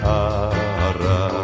ara